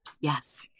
Yes